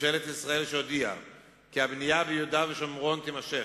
ממשלת ישראל שהודיעה כי הבנייה ביהודה ושומרון תימשך,